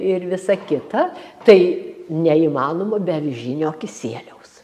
ir visa kita tai neįmanoma be avižinio kisieliaus